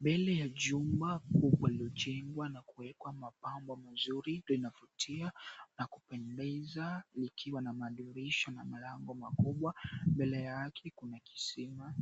Mbele ya jumba kubwa lililojengwa na kuekwa mapambo mazuri, linavutia na kupendeza, likiwa na madirisha na mlango makubwa, mbele yake kuna kisima.